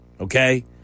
Okay